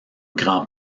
grand